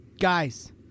Guys